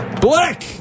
Black